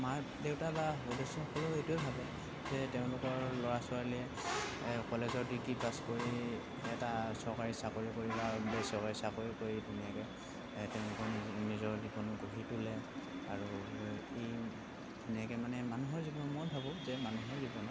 মা দেউতা বা সদস্যসকলেও এইটোৱে ভাবে যে তেওঁলোকৰ ল'ৰা ছোৱালীয়ে কলেজৰ ডিগ্ৰী পাছ কৰি এটা চৰকাৰী চাকৰি কৰি বা বেচৰকাৰী চাকৰি কৰি ধুনীয়াকৈ তেওঁলোকৰ নিজৰ নিজৰ জীৱন গঢ়ি তোলে আৰু ই ধুনীয়াকৈ মানে মানুহৰ জীৱন মই ভাবোঁ যে মানুহৰ জীৱনত